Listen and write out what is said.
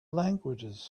languages